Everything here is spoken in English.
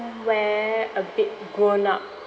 ~where a bit grown up